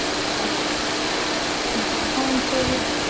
just go back into the home feed.